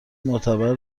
معتبر